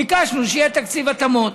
אז ביקשנו שיהיה תקציב התאמות.